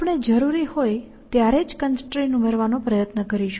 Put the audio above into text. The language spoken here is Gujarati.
આપણે જરૂરી હોય ત્યારે જ કન્સ્ટ્રેંટ ઉમેરવાનો પ્રયત્ન કરીશું